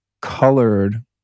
colored